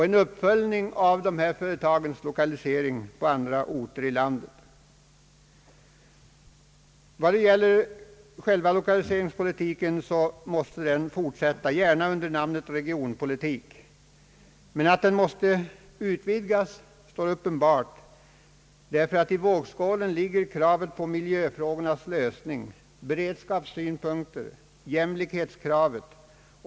En uppföljning av dessa företags utlokalisering till andra orter i landet bör också ske. Själva lokaliseringspolitiken måste fortsätta, gärna under namnet regionpolitik. Att den måste utvidgas är uppenbart. I vågskålen ligger kravet på miljöfrågornas lösning, beredskapssynpunkter, jämlikhetskravet.